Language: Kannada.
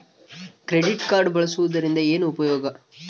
ಕ್ರೆಡಿಟ್ ಕಾರ್ಡ್ ಬಳಸುವದರಿಂದ ಏನು ಉಪಯೋಗ?